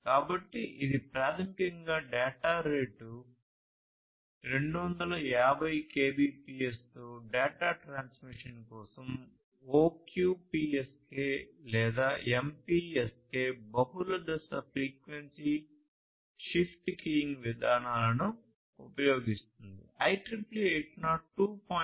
కాబట్టి ఇది ప్రాథమికంగా డేటా రేటు 250 kbps తో డేటా ట్రాన్స్మిషన్ కోసం O QPSK లేదా MPSK బహుళ దశ ఫ్రీక్వెన్సీ షిఫ్ట్ కీయింగ్ విధానాలను ఉపయోగిస్తుంది